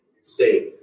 safe